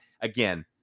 Again